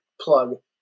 plug